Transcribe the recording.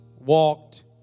walked